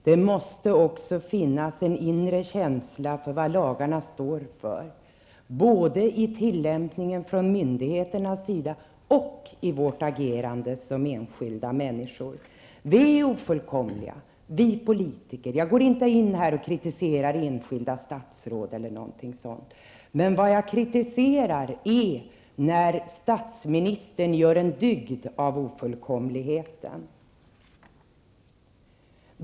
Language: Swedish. Det måste också finnas en inre känsla för vad lagarna står för både i tillämpningen från myndigheternas sida och i vårt agerande som enskilda människor. Vi är ofullkomliga, vi politiker. Jag kritiserar inte enskilda statsråd. Däremot kritiserar jag att statsministern gör en dygd av ofullkomligheten.